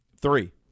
Three